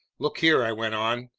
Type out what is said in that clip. look here, i went on,